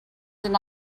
deny